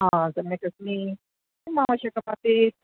आ सम्यगस्मि किम् आवश्यकमासीत्